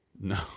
No